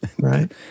Right